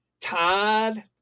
Todd